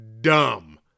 dumb